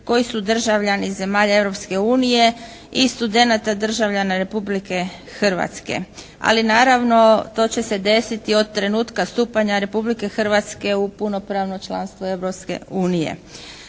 koji su državljani zemalja Europske unije i studenata državljana Republike Hrvatske. Ali naravno to će se desiti od trenutka stupanja Republike Hrvatske u punopravno članstvo